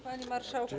Panie Marszałku!